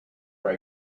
are